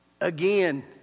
Again